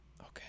okay